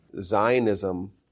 Zionism